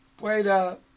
Pueda